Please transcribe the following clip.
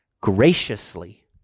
graciously